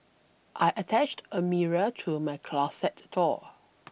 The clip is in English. I attached a mirror to my closet door